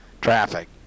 traffic